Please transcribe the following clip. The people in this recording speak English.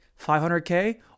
500k